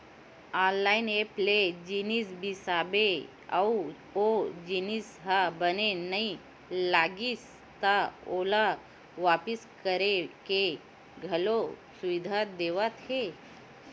online app ले जिनिस बिसाबे अउ ओ जिनिस ह बने नइ लागिस त ओला वापिस करे के घलो सुबिधा देवत हे